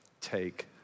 take